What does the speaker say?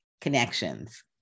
connections